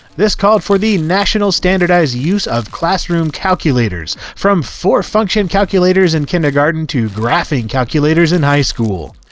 this called for the national standardized use of classroom calculators from four-function calculators in kindergarten to graphing calculators in high school.